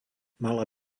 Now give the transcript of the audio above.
mala